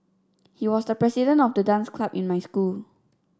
he was the president of the dance club in my school